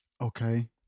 Okay